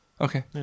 Okay